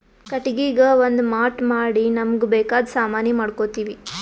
ಕಟ್ಟಿಗಿಗಾ ಒಂದ್ ಮಾಟ್ ಮಾಡಿ ನಮ್ಮ್ಗ್ ಬೇಕಾದ್ ಸಾಮಾನಿ ಮಾಡ್ಕೋತೀವಿ